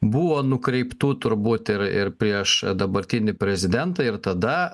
buvo nukreiptų turbūt ir ir prieš dabartinį prezidentą ir tada